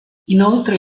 inoltre